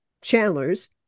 Chandlers